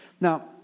Now